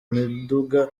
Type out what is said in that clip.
miduga